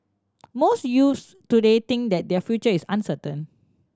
most youths today think that their future is uncertain